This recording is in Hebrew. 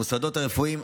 המוסדות הרפואיים,